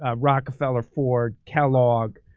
ah rockefeller, ford, kellogg.